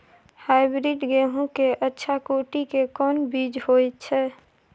Hybrid गेहूं के अच्छा कोटि के कोन बीज होय छै?